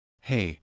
Hey